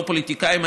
לא פוליטיקאים.